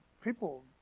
People